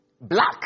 Black